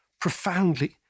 profoundly